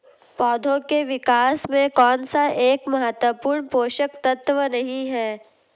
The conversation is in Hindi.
पौधों के विकास में कौन सा एक महत्वपूर्ण पोषक तत्व नहीं है?